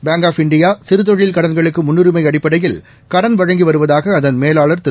bank of India சிறுதொழில் கடன்களுக்கு முன்னுரிமை அடிப்படையில் கடன் வழங்கி வருவதாக அதன் மேலாளர் திரு